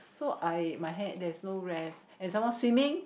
so I my hand there's no rest and some more swimming